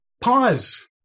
pause